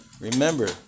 remember